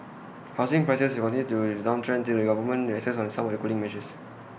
housing prices will continue on the downtrend till the government relaxes some of the cooling measures